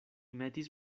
metis